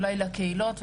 אולי לקהילות,